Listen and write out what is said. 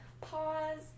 Pause